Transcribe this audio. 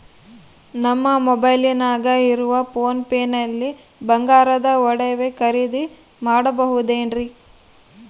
ನಮ್ಮ ಮೊಬೈಲಿನಾಗ ಇರುವ ಪೋನ್ ಪೇ ನಲ್ಲಿ ಬಂಗಾರದ ಒಡವೆ ಖರೇದಿ ಮಾಡಬಹುದೇನ್ರಿ?